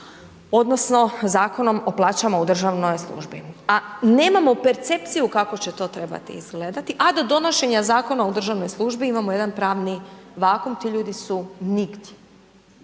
odnosno Zakonom o plaćama u državnoj službi a nemamo percepciju kako će to trebati izgledati a do donošenja zakona u državnoj službi imamo jedan pravni vakuum, to ljudi su nigdje.